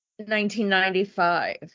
1995